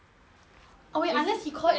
oh wait unless he call F_D people